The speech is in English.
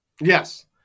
Yes